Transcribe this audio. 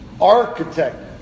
architect